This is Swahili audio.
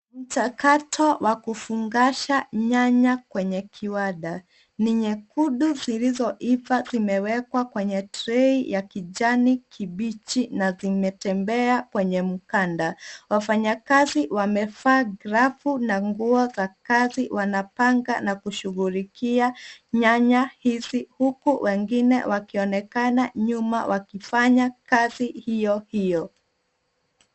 Mchakato wa kufungasha nyanya kwenye kiwanda. Ni nyekundu zilizoiva zimewekwa kwenye trei ya kijani kibichi na zimetembea kwenye mkanda. Wafanyakazi wamevaa glavu na nguo za kazi wanapanga na kushughulikia nyanya hizi huku wengine wakionekana nyuma wakifanya kazi hiyo hiyo.